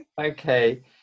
Okay